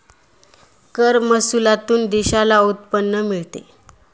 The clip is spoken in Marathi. कर महसुलातून देशाला उत्पन्न मिळते